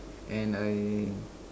and I